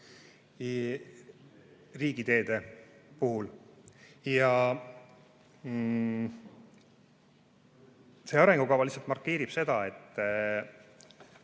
riigiteede puhul. See arengukava lihtsalt markeerib ära, et